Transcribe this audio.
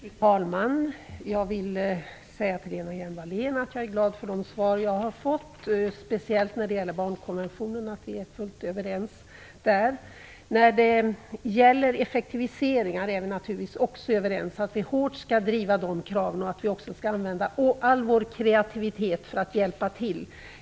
Fru talman! Jag vill säga till Lena Hjelm-Wallén att jag är glad för de svar jag har fått, speciellt när det gäller barnkonventionen - vi är fullt överens där. Vi är naturligtvis också överens om att vi hårt skall driva kraven på effektiviseringar och att vi skall använda all vår kreativitet för att hjälpa till.